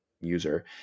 user